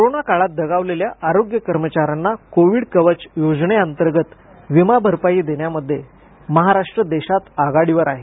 corona काळात दगावलेल्या आरोग्य कर्मचाऱ्यांना कोविड कवच योजनेअंतर्गत विमा भरपाई देण्यामध्ये महाराष्ट्र देशात आघाडीवर आहे